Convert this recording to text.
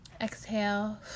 exhale